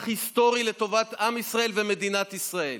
היסטורי לטובת עם ישראל ומדינת ישראל.